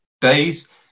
days